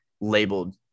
labeled